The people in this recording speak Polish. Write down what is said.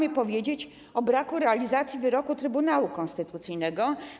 Chcę powiedzieć o braku realizacji wyroku Trybunału Konstytucyjnego.